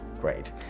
great